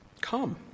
Come